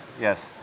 yes